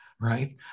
right